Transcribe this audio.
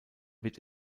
wird